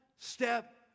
Step